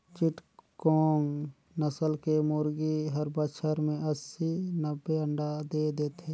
चिटगोंग नसल के मुरगी हर बच्छर में अस्सी, नब्बे अंडा दे देथे